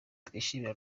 twishimira